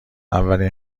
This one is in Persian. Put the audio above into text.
اولین